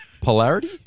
Polarity